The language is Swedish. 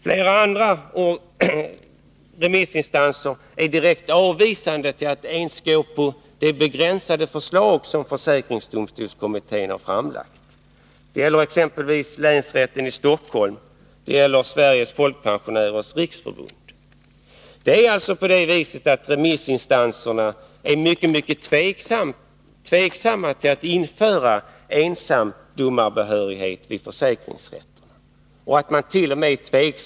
Flera andra remissinstanser är direkt avvisande till att ens ansluta sig till det begränsande förslag som försäkringsdomstolskommittén har framlagt. Detta gäller exempelvis länsrätten i Stockholm och Sveriges Folkpensionärers Riksförbund. Remissinstanserna ställer sig alltså mycket tveksamma till att införa ensamdomarbehörighet vid försäkringsrätterna. Man tvekart.o.m.